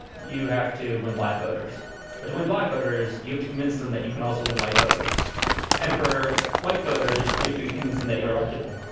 you have to win black voters between black voters. you have to convince them that you can also in white voters and for white voters. you have to convince them that you're electable.